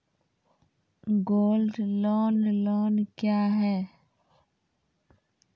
Gold loan loan क्या हैं?